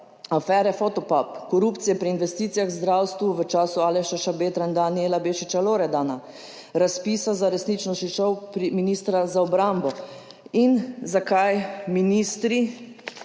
afere Fotopub, korupcije pri investicijah v zdravstvu v času Aleša Šabedra in Danijela Bešiča Loredana, razpisa za resničnostni šov ministra za obrambo. In zakaj ministri